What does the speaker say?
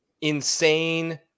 Insane